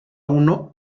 uno